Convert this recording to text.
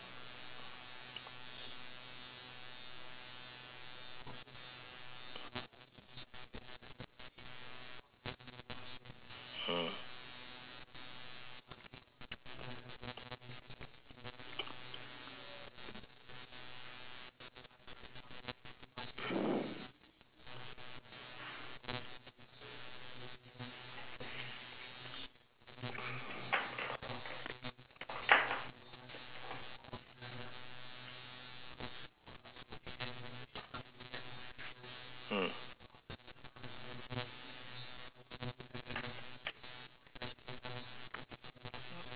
mm